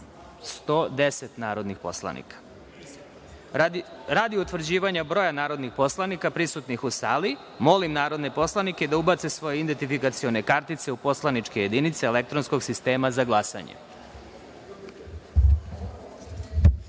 110 narodnih poslanika. Radi utvrđivanja broja narodnih poslanika prisutnih u sali, molim narodne poslanike da ubacite svoje identifikacione kartice u poslaničke jedinice elektronskog sistema za